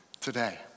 today